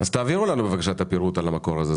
הוקצו כ-35 מיליון שקלים לטובת הנושא הזה.